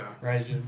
right